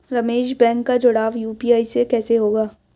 Ramesh bank का जुड़ाव UPI से कैसे होगा?